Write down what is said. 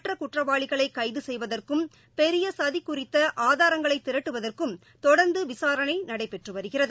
மற்ற குற்றவாளிகளை கைது செய்வதற்கும் பெரிய சதி குறித்த ஆதாரங்களை திரட்டுவதற்கும் தொடர்ந்து விசாரணை நடைபெற்று வருகிறது